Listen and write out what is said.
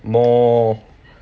more